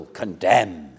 condemn